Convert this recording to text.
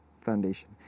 foundation